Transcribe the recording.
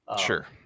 Sure